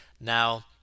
Now